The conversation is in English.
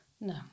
no